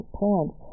parents